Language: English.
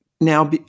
now